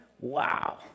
wow